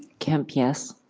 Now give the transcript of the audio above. kempe, yes.